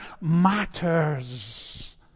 matters